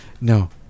no